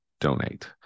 donate